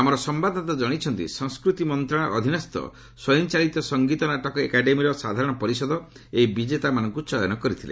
ଆମର ସମ୍ଭାଦଦାତା ଜଣାଇଛନ୍ତି ସଂସ୍କୃତି ମନ୍ତ୍ରଣାଳୟ ଅଧୀନସ୍ଥ ସ୍ୱୟଂଚାଳିତ ସଙ୍ଗୀତ ନାଟକ ଏକାଡେମୀର ସାଧାରଣ ପରିଷଦ ଏହି ବିଜେତାମାନଙ୍କୁ ଚୟନ କରିଥିଲେ